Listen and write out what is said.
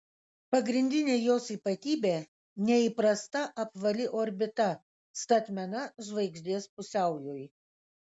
pagrindinė jos ypatybė neįprasta apvali orbita statmena žvaigždės pusiaujui